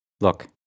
look